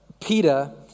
Peter